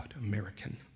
American